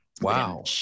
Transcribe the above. Wow